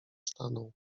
stanął